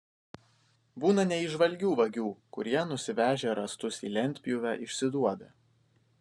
būna neįžvalgių vagių kurie nusivežę rąstus į lentpjūvę išsiduoda